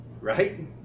right